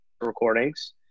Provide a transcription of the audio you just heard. recordings